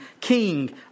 King